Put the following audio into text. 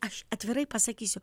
aš atvirai pasakysiu